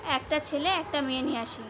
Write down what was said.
একটা ছেলে একটা মেয়ে নিয়ে আসি